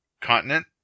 continent